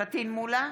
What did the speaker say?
פטין מולא,